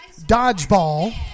dodgeball